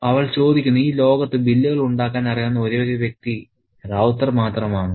അവൾ ചോദിക്കുന്നു ഈ ലോകത്ത് ബില്ലുകൾ ഉണ്ടാക്കാൻ അറിയാവുന്ന ഒരേയൊരു വ്യക്തി റൌത്തർ മാത്രമാണോ